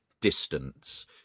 distance